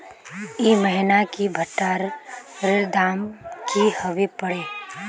ई महीना की भुट्टा र दाम की होबे परे?